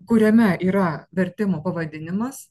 kuriame yra vertimo pavadinimas